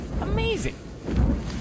Amazing